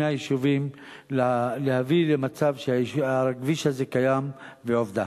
היישובים להביא למצב שהכביש הזה קיים בעובדה.